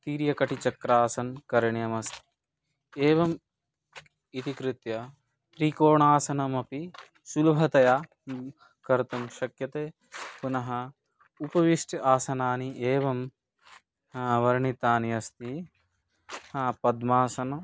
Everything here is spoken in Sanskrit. तीर्यकटि चक्रासनं करणीयमस्ति एवम् इति कृत्य त्रिकोणासनमपि सुलभतया कर्तुं शक्यते पुनः उपविष्टः आसनानि एवं वर्णितानि अस्ति पद्मासनम्